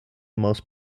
most